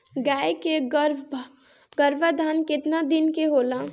गाय के गरभाधान केतना दिन के होला?